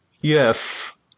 Yes